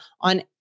on